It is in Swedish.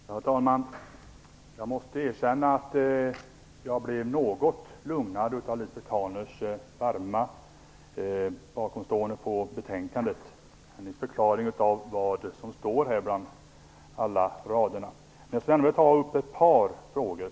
Herr talman! Jag måste erkänna att jag blev något lugnad av Lisbet Calners varma ställningstagande för betänkandet och hennes förklaring till vad som står här bland alla rader. Men jag skulle ändå vilja ta upp ett par frågor.